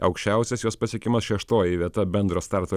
aukščiausias jos pasiekimas šeštoji vieta bendro starto